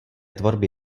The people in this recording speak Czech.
tvorby